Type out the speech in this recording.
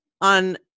on